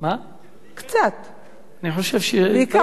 טוב,